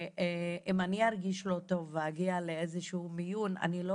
שאם אני ארגיש לא טוב ואגיע לאיזה שהוא מיון אני לא